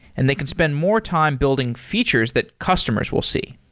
and they can spend more time building features that customers will see.